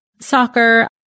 soccer